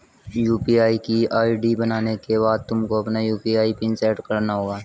UPI की ID बनाने के बाद तुमको अपना यू.पी.आई पिन सैट करना होगा